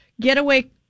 Getaway